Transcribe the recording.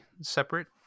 separate